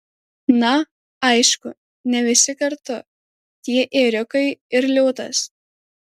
na aišku ne visi kartu tie ėriukai ir liūtas